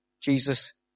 Jesus